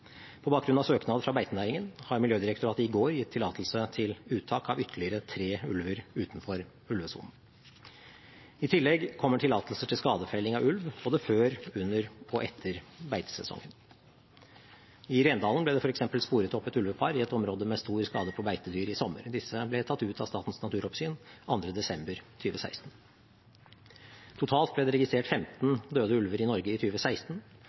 På bakgrunn av søknad fra beitenæringen ga Miljødirektoratet i går tillatelse til uttak av ytterligere tre ulver utenfor ulvesonen. I tillegg kommer tillatelser til skadefelling av ulv både før, under og etter beitesesongen. I Rendalen ble det f.eks. sporet opp et ulvepar i et område med stor skade på beitedyr i sommer. Disse ble tatt ut av Statens naturoppsyn 2. desember 2016. Totalt ble det registrert 15 døde ulver i Norge i